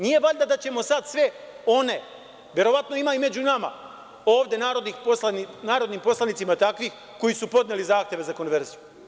Nije valjda da ćemo sada sve one, verovatno ima i među nama ovde narodnim poslanicima, takvih koji su podneli zahteve za konverziju?